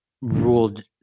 ruled